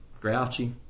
grouchy